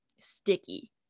sticky